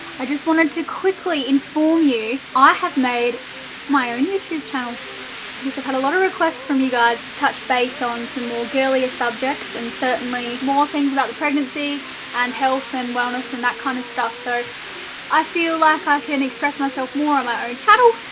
i just wanted to quickly inform you. i have made my own youtube channel, because i've have had a lot of requests from you guys to touch base on some more girlier subjects and certainly more things about the pregnancy and health and wellness and that kind of stuff. so i feel like i can express myself more on my own channel,